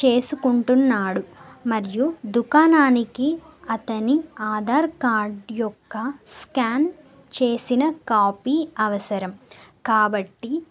చేసుకుంటున్నాడు మరియు దుకాణానికి అతని ఆధార్ కార్డ్ యొక్క స్కాన్ చేసిన కాపీ అవసరం కాబట్టి